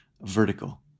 vertical